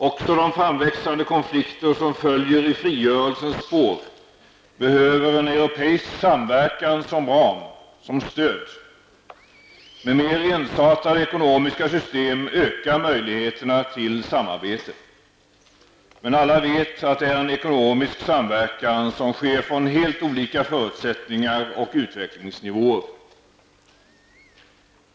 Också de framväxande konflikter som följer i frigörelsens spår behöver en europeisk samverkan som ram, som stöd. Med mer ensartade ekonomiska system ökar möjligheterna till samarbete. Men alla vet att det är en ekonomisk samverkan som sker från helt olika förutsättningar och utvecklingsnivåer.